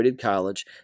college